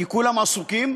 כי כולם עסוקים,